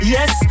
Yes